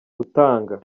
gutanga